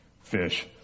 Fish